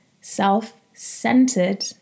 self-centered